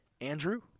Andrew